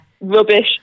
Rubbish